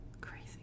Crazy